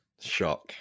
shock